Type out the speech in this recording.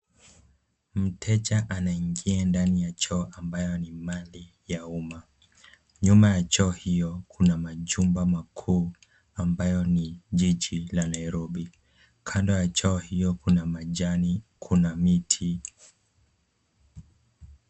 Mteja anaingia ndani ya choo ambayo ni mali ya uma. Nyuma ya choo hiyo kuna majumba makuu, ambayo ni jiji la Nairobi. Kando ya choo hiyo kuna majani, kuna miti.